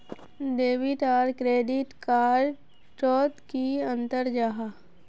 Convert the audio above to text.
Debit आर credit card डोट की अंतर जाहा?